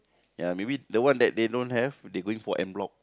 ya maybe the one that they don't have they going for end block